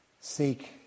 seek